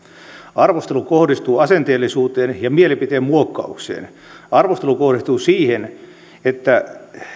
arvostelu kohdistuu asenteellisuuteen ja mielipiteen muokkaukseen arvostelu kohdistuu siihen että